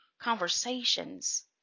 Conversations